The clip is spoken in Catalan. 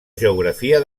geografia